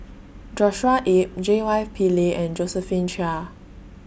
Joshua Ip J Y Pillay and Josephine Chia